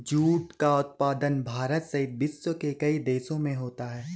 jute का उत्पादन भारत सहित विश्व के कई देशों में होता है